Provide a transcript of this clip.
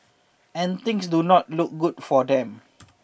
and things do not look good for them